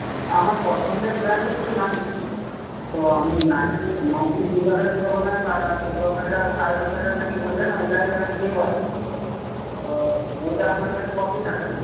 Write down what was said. আমার পছন্দের ব্র্যান্ড হচ্ছে নাইকি তো আমি নাইকি নাইকির জুতোটা যেটা বললেন দশ হাজার সাড়ে দশ হাজার না কি বললেন ওইটাই আমি নেব আর কি তো ওইটা আপনার কাছে কপিস আছে